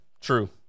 true